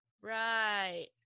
right